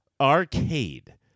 Arcade